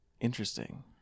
Interesting